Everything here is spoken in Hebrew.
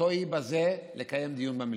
כוונתו בזה היא לקיים דיון במליאה.